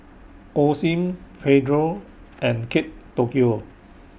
Osim Pedro and Kate Tokyo